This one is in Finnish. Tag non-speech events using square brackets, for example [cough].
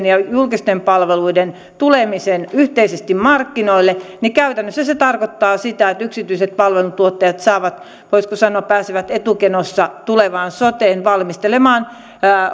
[unintelligible] ja julkisten palveluiden tulemisen yhteisesti markkinoille niin käytännössä se tarkoittaa sitä että yksityiset palveluntuottajat voisiko sanoa pääsevät etukenossa tulevaan soteen valmistelemaan